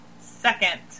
second